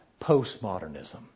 Postmodernism